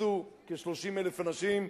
ייכנסו כ-30,000 אנשים,